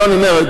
אני אומר,